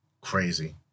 crazy